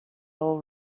all